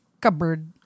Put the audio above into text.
cupboard